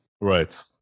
right